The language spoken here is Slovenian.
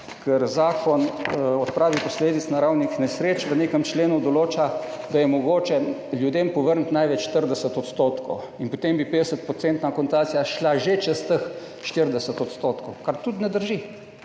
ker Zakon o odpravi posledic naravnih nesreč v nekem členu določa, da je mogoče ljudem povrniti največ 40 % in potem bi 50 % akontacija šla že čez teh 40 %, kar tudi ne drži.